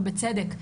ובצדק,